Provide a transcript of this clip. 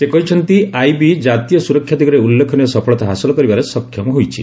ସେ କହିଛନ୍ତି ଆଇବି ଜାତୀୟ ସୁରକ୍ଷା ଦିଗରେ ଉଲ୍ଲେଖନୀୟ ସଫଳତା ହାସଲ କରିବାରେ ସକ୍ଷମ ହୋଇଛି